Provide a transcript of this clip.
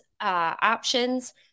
options